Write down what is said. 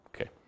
Okay